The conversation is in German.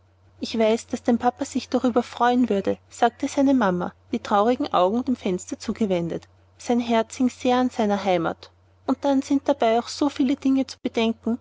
ich weiß daß dein papa sich darüber freuen würde sagte seine mama die traurigen augen dem fenster zugewendet sein herz hing sehr an seiner heimat und dann sind dabei auch noch viele dinge zu bedenken